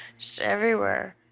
just everywhere.